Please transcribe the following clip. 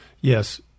Yes